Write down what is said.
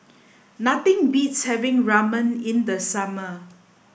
nothing beats having Ramen in the summer